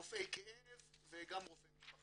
רופאי כאב וגם רופאי משפחה.